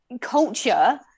culture